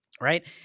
Right